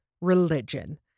religion